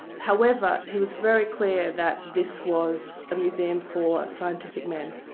however, he was very clear that this was a museum for scientific men,